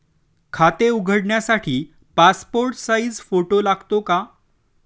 खाते उघडण्यासाठी passport size photo लागतो का?